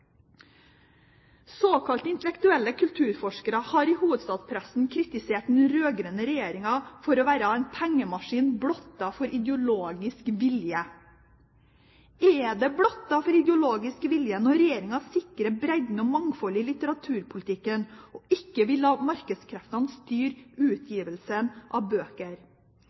Såkalte intellektuelle kulturforskere har i hovedstadspressen kritisert den rød-grønne regjeringen for å være en pengemaskin blottet for ideologisk vilje. Er det blottet for ideologisk vilje når regjeringen sikrer bredden og mangfoldet i litteraturpolitikken og ikke vil la markedskreftene styre utgivelsen av bøker?